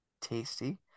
tasty